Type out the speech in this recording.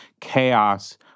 chaos